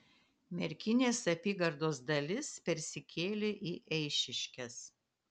merkinės apygardos dalis persikėlė į eišiškes